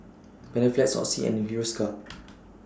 Panaflex Oxy and Hiruscar